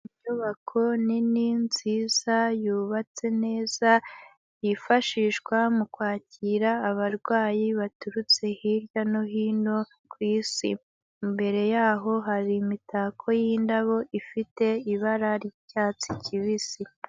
Inyubako nini nziza yubatse neza yifashishwa mu kwakira abarwayi baturutse hirya no hino ku Isi, imbere yaho hari imitako y'indabo ifite ibara ry'icyatsi kibisi.